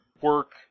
work